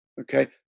Okay